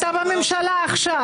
אתה בממשלה עכשיו.